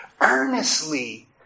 earnestly